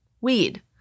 Weed